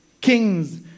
Kings